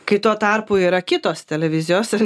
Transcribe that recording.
kai tuo tarpu yra kitos televizijos ir